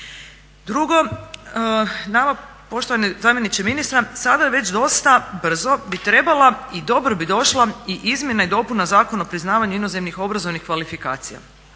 Drugo, nama poštovani zamjeniče ministra, sada već dosta brzo bi trebala i dobro bi došla i Izmjena i dopuna Zakona o priznavanju inozemnih obrazovnih kvalifikacija.